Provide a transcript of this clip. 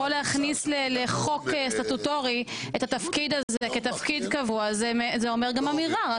פה להכניס לחוק סטטוטורי את התפקיד הזה כתפקיד קבוע זה אומר גם אמירה.